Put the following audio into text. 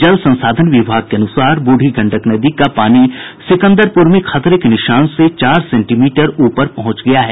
जल संसाधन विभाग के अनुसार बूढ़ी गंडक नदी का पानी सिकंदरपुर में खतरे के निशान से चार सेंटीमीटर ऊपर पहुंच गया है